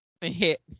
hit